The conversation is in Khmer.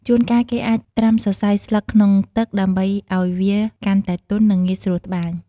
ជួនកាល គេអាច ត្រាំសរសៃស្លឹកក្នុងទឹក ដើម្បីឲ្យវាកាន់តែទន់ និងងាយស្រួលត្បាញ។